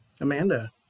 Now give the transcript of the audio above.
Amanda